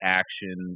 action